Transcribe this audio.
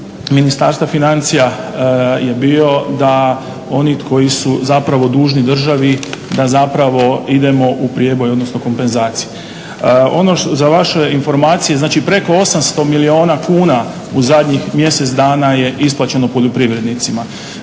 Ministarstva financija je bio da oni koji su zapravo dužni državi da zapravo idemo u prijeboj odnosno kompenzaciju. Za vašu informaciju znači preko 800 milijuna kuna u zadnjih mjesec dana je isplaćeno poljoprivrednicima.